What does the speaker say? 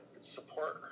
support